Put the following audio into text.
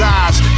eyes